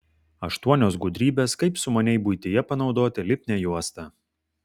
aštuonios gudrybės kaip sumaniai buityje panaudoti lipnią juostą